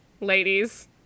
ladies